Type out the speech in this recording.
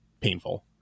painful